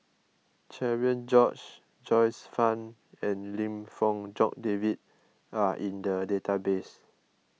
Cherian George Joyce Fan and Lim Fong Jock David are in the database